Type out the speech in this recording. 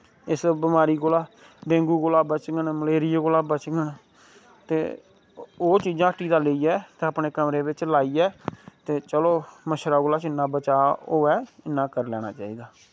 इस बमारी कोला डेंगू कोला बचङन मलेरिये कोला बचङन ते ओह् चीजां हट्टी दा लेइयै ते अपने कमरे बिच्च लाइयै ते चलो मच्छरै कोला जिन्ना बचाऽ होऐ उन्ना करी लैना चाहिदा